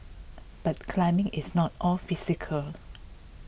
but climbing is not all physical